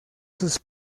sus